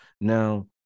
Now